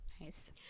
Nice